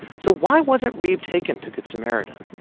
so why wasn't reeb taken to good samaritan?